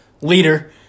leader